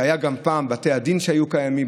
וגם היו פעם בתי הדין שהיו קיימים,